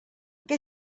què